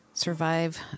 Survive